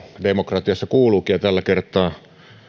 demokratiassa kuuluukin ja tällä kertaa